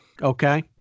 Okay